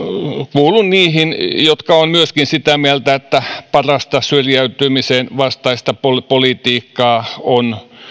kuulun niihin jotka ovat myöskin sitä mieltä että parasta syrjäytymisen vastaista politiikkaa on